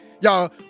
y'all